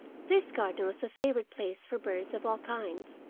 this garden was a favourite place for birds of all kinds,